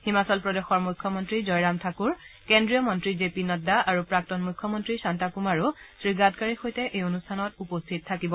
হিমাচল প্ৰদেশৰ মুখ্যমন্ত্ৰী জয়ৰাম ঠাকুৰ কেন্দ্ৰীয় মন্তী জে পি নাড্ডা আৰু প্ৰাক্তন মুখ্যমন্তী শাণ্টা কুমাৰো শ্ৰীগাডকাৰীৰ সৈতে এই অনুষ্ঠানত উপস্থিত থাকিব